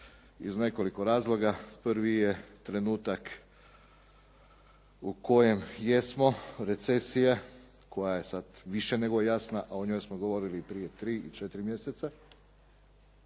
iz nekoliko razloga. Prvi je trenutak u kojem jesmo recesija koja je sad više nego jasna, a o njoj smo govorili i prije tri i četiri mjeseca.